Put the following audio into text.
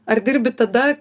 ar dirbi tada